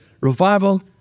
Revival